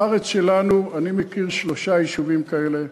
בארץ שלנו אני מכיר שלושה יישובים כאלה,